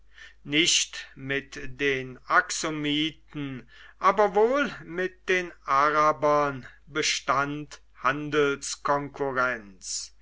nicht mit den axomiten aber wohl mit den arabern bestand